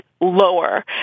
lower